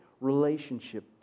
relationship